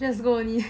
just go only